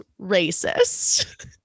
racist